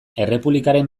errepublikaren